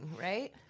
right